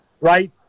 right